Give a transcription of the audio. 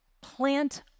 plant